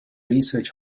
research